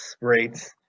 rates